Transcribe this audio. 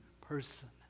person